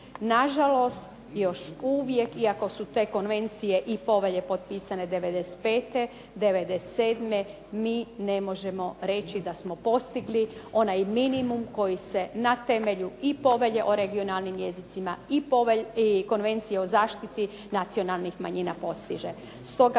nažalost još uvije iako su te konvencije i povelje potpisane '95., '97. mi ne možemo reći da smo postigli onaj minimum koji se na temelju i Povelje o regionalnim jezicima i Konvenciji o zaštiti nacionalnih manjina postiže.